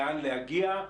לאן להגיע,